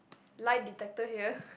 lie detector here